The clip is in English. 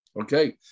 Okay